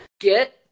Get